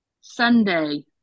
Sunday